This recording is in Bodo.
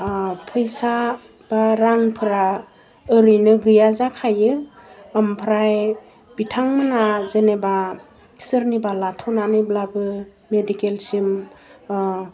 फैसा बा रांफोरा ओरैनो गैया जाखायो ओमफ्राय बिथांमोनहा जेनेबा सोरनिबा लाथ'नानैब्लाबो मेडिकेलसिम